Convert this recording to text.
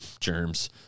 Germs